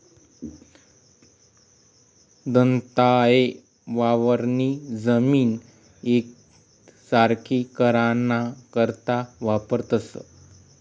दंताये वावरनी जमीन येकसारखी कराना करता वापरतंस